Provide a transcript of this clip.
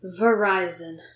Verizon